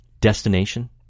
Destination